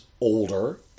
older